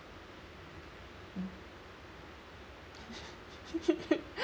mm